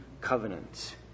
covenant